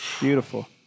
Beautiful